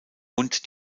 und